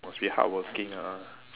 must be hardworking ah